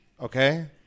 okay